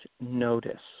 notice